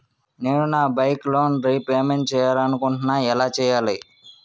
నేను నా bike loan repayment చేయాలనుకుంటున్నా ఎలా చేయాలి?